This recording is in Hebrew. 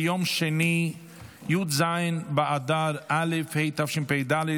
ביום שני י"ז באדר א' התשפ"ד,